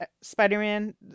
Spider-Man